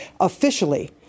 officially